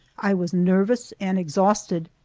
i was nervous and exhausted,